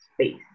space